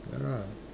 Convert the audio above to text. ya lah